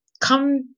come